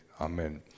amen